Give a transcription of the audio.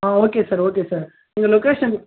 ஆ okay sir okay sir உங்கள் location